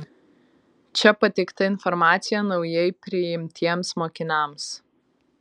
čia pateikta informacija naujai priimtiems mokiniams